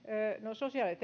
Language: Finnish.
sosiaali ja